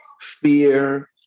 fear